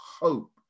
hope